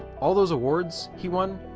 all those awards he won?